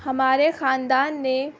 ہمارے خاندان نے